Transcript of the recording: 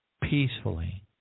peacefully